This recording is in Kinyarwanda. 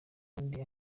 ubundi